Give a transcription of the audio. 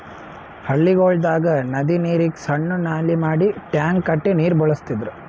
ಹಳ್ಳಿಗೊಳ್ದಾಗ್ ನದಿ ನೀರಿಗ್ ಸಣ್ಣು ನಾಲಿ ಮಾಡಿ ಟ್ಯಾಂಕ್ ಕಟ್ಟಿ ನೀರ್ ಬಳಸ್ತಿದ್ರು